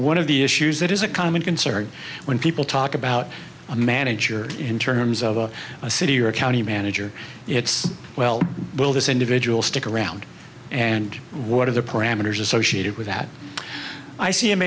one of the issues that is a common concern when people talk about a manager in terms of a city or county manager it's well will this individual stick around and what are the parameters associated with that i